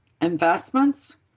investments